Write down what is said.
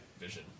vision